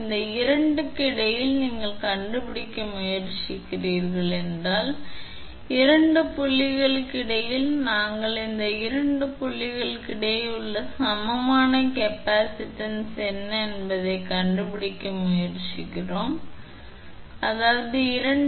எனவே மற்றொரு விஷயம் என்னவென்றால் இந்த 2 க்கு இடையில் நீங்கள் கண்டுபிடிக்க முயற்சிக்கிறீர்கள் என்றால் இந்த 2 புள்ளிகளுக்கு இடையில் நாங்கள் இந்த 2 புள்ளிகளுக்கு இடையே உள்ள சமமான கெப்பாசிட்டன்ஸ் என்ன என்பதைக் கண்டுபிடிக்க முயற்சிக்கிறோம் அதாவது இந்த 2 புள்ளி இந்த 1 மற்றும் இந்த பொதுவான 2 புள்ளி அதாவது 1 இந்த 1 க்கு சமமான பகுதி b